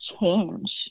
change